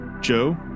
joe